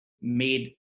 made